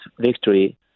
victory